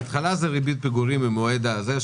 בהתחלה זה ריבית פיגורים ממועד החיוב,